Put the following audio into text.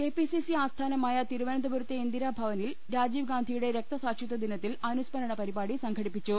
K P C C ആസ്ഥാനമായ തിരുവനന്തപുരത്തെ ഇന്ദിരാ ഭവനിൽ രാജീവ് ഗാന്ധിയുടെ രക്തസാക്ഷിത്വ ദിനത്തിൽ അനു സ്മരണ പരിപാടി സംഘടിപ്പിച്ചു